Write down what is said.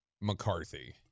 McCarthy